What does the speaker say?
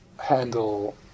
handle